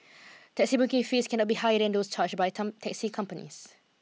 taxi booking fees cannot be higher than those charged by taxi companies